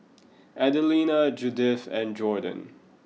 Adelina Judith and Jordon